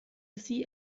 see